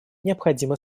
необходимо